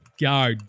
go